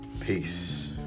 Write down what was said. Peace